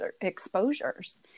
exposures